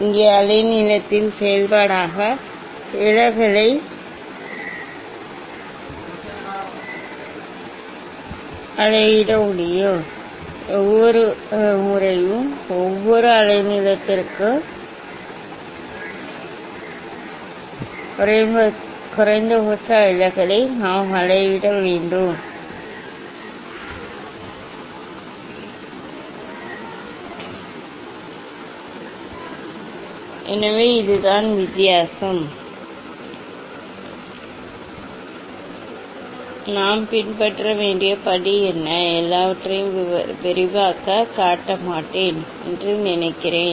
இங்கே அலைநீளத்தின் செயல்பாடாக விலகலை அளவிட முடியாது ஒவ்வொரு முறையும் ஒவ்வொரு அலைநீளத்திற்கும் குறைந்தபட்ச விலகலை நாம் அளவிட வேண்டும் எனவே இதுதான் வித்தியாசம் நாம் பின்பற்ற வேண்டிய படி என்ன எல்லாவற்றையும் விரிவாகக் காட்ட மாட்டேன் என்று நினைக்கிறேன்